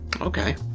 Okay